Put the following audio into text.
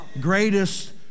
Greatest